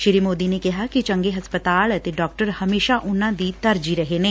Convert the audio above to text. ਸ੍ਰੀ ਮੋਦੀ ਨੇ ਕਿਹਾ ਕਿ ਚੰਗੇ ਹਸਪਤਾਲ ਅਤੇ ਡਾਕਟਰ ਹਮੇਸ਼ਾ ਉਨ੍ਹਾਂ ਦੀ ਤਰਜੀਹ ਰਹੇ ਨੇ